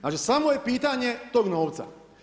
Znači samo je pitanje tog novca.